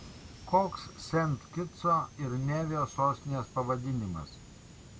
koks sent kitso ir nevio sostinės pavadinimas